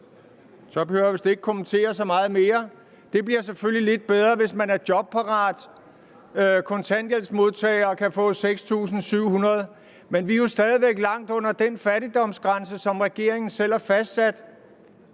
Så behøver jeg vist ikke at kommentere så meget mere. Det bliver selvfølgelig lidt bedre, hvis man er jobparat kontanthjælpsmodtager og kan få 6.700 kr., men vi er jo stadig væk langt under den fattigdomsgrænse, som regeringen selv har fastsat,